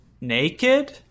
naked